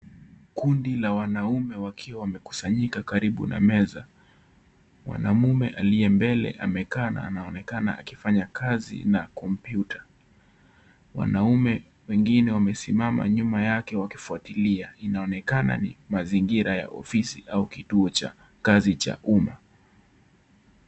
Kundi la wanaume wakiwa wamekusanyika karibu na meza , mwanaume aliye mbele amekaa na anaonekana akifanya kazi na kompyuta . Wanaume wengine wamesimama nyuma yake wakifuatilia . Inaonekana ni mazingira ya ofisi au kituo cha kazi cha uma .